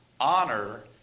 Honor